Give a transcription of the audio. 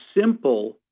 simple